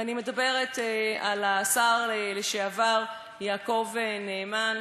ואני מדברת על השר לשעבר יעקב נאמן,